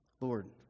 lord